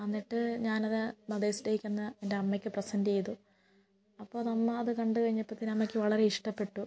എന്നിട്ട് ഞാനത് മദേഴ്സ് ഡേക്കന്ന് എൻ്റെ അമ്മക്ക് പ്രെസന്റ് ചെയ്തു അപ്പോൾ അത് അമ്മ അത് കണ്ട് കഴിഞ്ഞപ്പോൾ തന്നെ അമ്മയ്ക്ക് വളരെ ഇഷ്ടപ്പെട്ടു